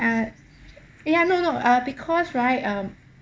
uh ya no no uh because right um